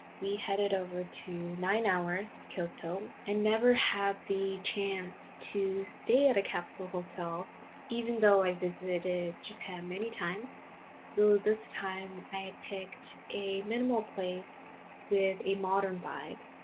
we headed over to nine hours kyoto. i never had the chance to stay at a capsule hotel even though i visited japan many times so this time i picked a minimal place with a modern vibe.